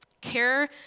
Care